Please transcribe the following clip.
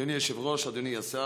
אדוני היושב-ראש, אדוני השר,